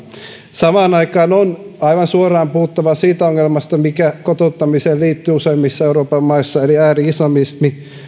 samaan aikaan on aivan suoraan puhuttava siitä ongelmasta mikä kotouttamiseen liittyy useimmissa euroopan maissa eli ääri islamismista